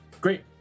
Great